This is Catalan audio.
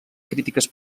crítiques